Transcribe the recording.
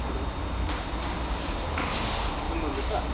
hello सुन्नुहुँदैछ